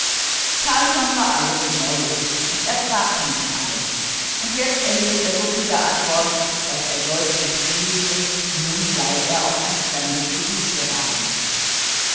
carlsson war alles neu und er fragte nach allem und jetzt erhielt er so viele antworten daß er deutlich fühlte nun sei er auf ein fremdes gebiet geraten